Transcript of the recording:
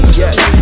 yes